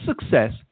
success